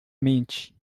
mente